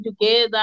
together